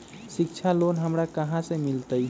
शिक्षा लोन हमरा कहाँ से मिलतै?